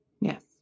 yes